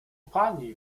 pani